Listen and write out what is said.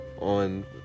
on